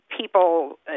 people